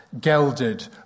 gelded